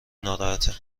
ناراحته